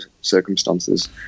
circumstances